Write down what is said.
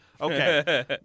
Okay